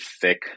thick